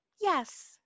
yes